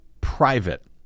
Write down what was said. private